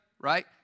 right